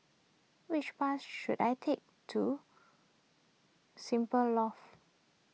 which bus should I take to Simply